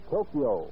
Tokyo